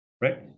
right